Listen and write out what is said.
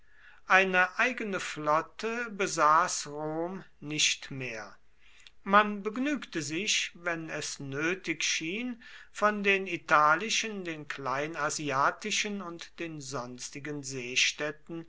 eine eigene flotte besaß rom nicht mehr man begnügte sich wenn es nötig schien von den italischen den kleinasiatischen und den sonstigen seestädten